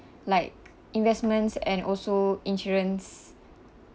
like investments and also insurance